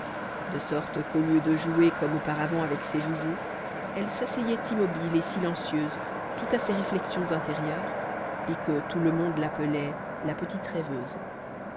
de sorte qu'au lieu dejouer comme auparavant avec ses joujoux elle s'asseyait immobile et silencieuse tout à ses réflexions intérieures et que tout le monde l'appelait la petite rêveuse